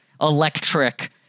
electric